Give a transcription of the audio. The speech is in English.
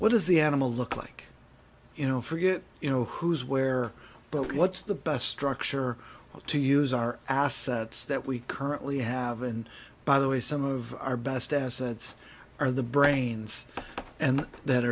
what does the animal look like you know forget you know who is where but what's the best structure to use our assets that we currently have and by the way some of our best assets are the brains and that